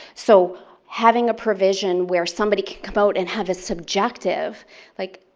so having a provision where somebody can come out and have a subjective like,